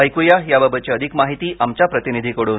ऐकूया याबाबतची अधिक माहिती आमच्या प्रतिनिधीकडून